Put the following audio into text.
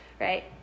right